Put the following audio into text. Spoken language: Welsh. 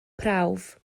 prawf